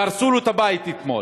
והרסו לו את הבית אתמול.